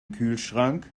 kühlschrank